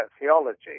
theology